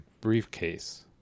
briefcase